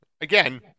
Again